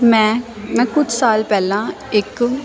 ਮੈਂ ਮੈਂ ਕੁਝ ਸਾਲ ਪਹਿਲਾਂ ਇੱਕ